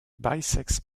bisects